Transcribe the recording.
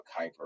Kuiper